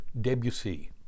Debussy